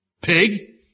Pig